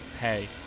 Hey